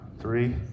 three